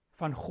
van